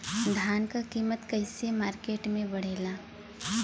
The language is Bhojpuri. धान क कीमत कईसे मार्केट में बड़ेला?